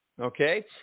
okay